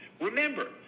Remember